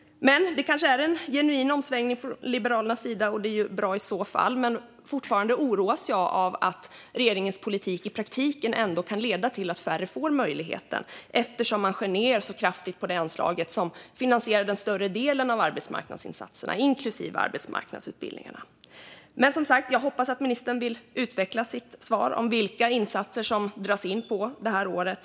Men det kanske är en genuin omsvängning från Liberalernas sida, och det är ju bra i så fall. Jag oroas dock fortfarande av att regeringens politik i praktiken ändå kan leda till att färre får möjligheten, eftersom man skär ned så kraftigt på det anslag som finansierar större delen av arbetsmarknadsinsatserna, inklusive arbetsmarknadsutbildningarna. Jag hoppas som sagt att ministern vill utveckla sitt svar om vilka insatser det dras in på det här året.